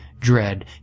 Dread